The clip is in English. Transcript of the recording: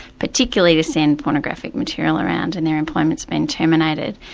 particularly as in pornographic material around and their employment's been terminated.